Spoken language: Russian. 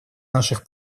наших